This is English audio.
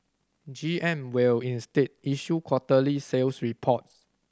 G M will instead issue quarterly sales reports